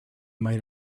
might